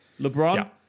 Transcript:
LeBron